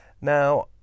Now